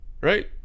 right